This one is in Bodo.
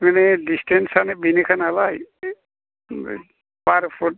माने डिसटेन्सआनो बेनोखा नालाय बार' ओमफ्राय फुट